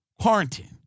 quarantine